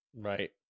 right